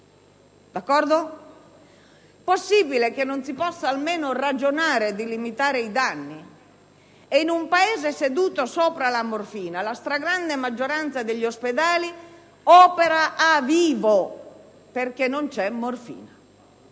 petrolio. Possibile che non si possa almeno ragionare su come limitare i danni? E in un Paese seduto sopra la morfina la stragrande maggioranza degli ospedali opera senza anestesia, perché non c'è morfina.